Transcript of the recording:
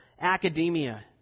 academia